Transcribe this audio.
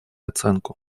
оценку